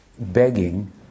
Begging